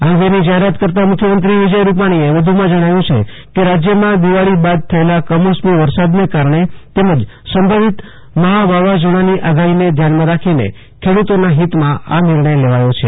આ અંગેની જાહેરાત કરતા મુખ્યમંત્રી વિજય રૂપાણીએ વધુમાં જણાવ્યું છે કે રાજ્યમાં દિવાળી બાદ થયેલા કમોસમી વરસાદને કારણે તેમજ સંભવીત મહા વાવાઝોડાની આગાહીને ધ્યાનમાં રાખીને ખેડૂતોના હિતમાં આ નિર્ણય લેવાયો છે